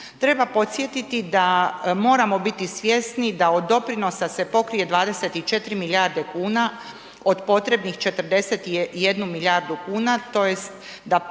Treba podsjetiti da, moramo biti svjesni da od doprinosa se pokrije 24 milijarde kuna od potrebnih 41 milijardu kuna, tj. da 15%